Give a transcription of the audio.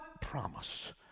promise